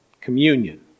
communion